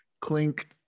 clink